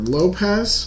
Lopez